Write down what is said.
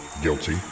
guilty